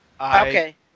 okay